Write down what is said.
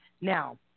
Now